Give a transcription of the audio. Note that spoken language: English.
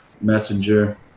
messenger